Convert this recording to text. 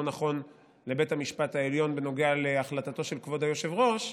נכון לבית המשפט העליון בנוגע להחלטתו של כבוד היושב-ראש,